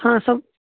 हँ सभ